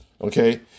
okay